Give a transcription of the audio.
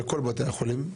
על כל בתי החולים.